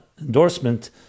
endorsement